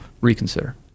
reconsider